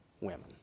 women